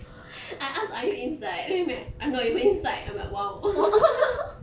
I ask are you inside then he reply I'm not even inside I'm like !wow!